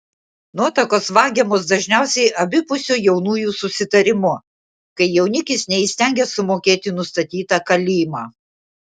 nuotakos vagiamos dažniausiai abipusiu jaunųjų susitarimu kai jaunikis neįstengia sumokėti nustatytą kalymą